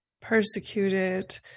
persecuted